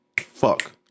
fuck